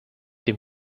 dem